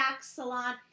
salon